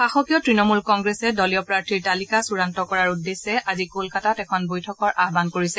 শাসকীয় তৃণমূল কংগ্ৰেছে দলীয় প্ৰাৰ্থীৰ তালিকা চূড়ান্ত কৰাৰ উদ্দেশ্যে আজি কলকাতাত এখন বৈঠকৰ আহ্বান কৰিছে